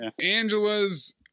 Angela's